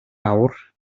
awr